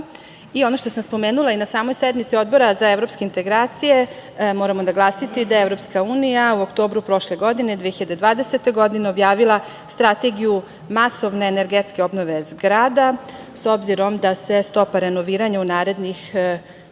što sam spomenula i na samoj sednici Odbora za evropske integracije, moramo naglasiti da je EU u oktobru prošle godine, 2020. godine, objavila Strategiju masovne energetske obnove zgrada, s obzirom da se očekuje da se stopa renoviranja u narednih 10